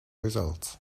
results